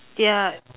ya